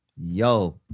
Yo